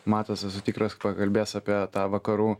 matas esu tikras pakalbės apie tą vakarų